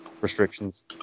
restrictions